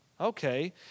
okay